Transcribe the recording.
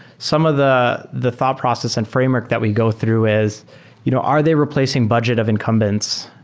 some of the the thought process and framework that we go through is you know are they replacing budget of incumbents?